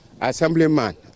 assemblyman